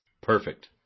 Perfect